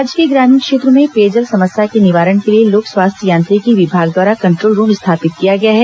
राज्य के ग्रामीण क्षेत्रों में पेजयल समस्या के निवारण के लिए लोक स्वास्थ्य यांत्रिकी विभाग द्वारा कंट्रोल रूम स्थापित किया गया है